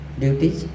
duties